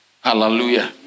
Hallelujah